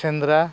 ᱥᱮᱸᱫᱽᱨᱟ